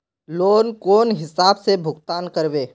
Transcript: Loan कौन हिसाब से भुगतान करबे?